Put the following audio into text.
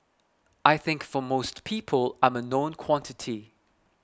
I think for most people I'm a known quantity